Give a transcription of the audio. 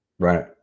Right